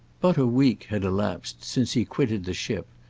but a week had elapsed since he quitted the ship,